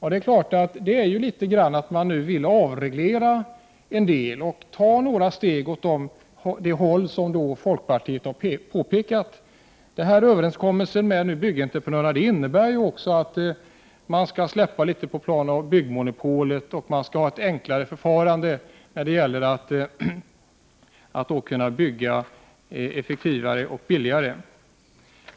Det är klart att man nu vill avreglera en del. Man tar några steg i den riktning som vi i folkpartiet har föreslagit. Överenskommelsen med byggentreprenörerna innebär också att man skall släppa litet på planoch byggmonopolet. Det skall vara ett enklare förfarande, så att det blir möjligt att bygga effektivare och billigare.